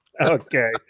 Okay